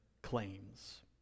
claims